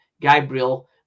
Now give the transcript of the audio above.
Gabriel